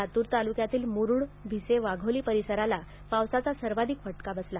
लातूर तालुक्यातील मुरुड भिसे वाघोली परिसराला पावसाचा सर्वाधिक फटका बसला